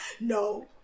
No